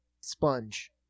sponge